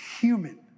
human